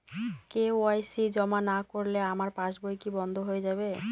KYC জমা না করলে আমার পাসবই কি বন্ধ হয়ে যাবে?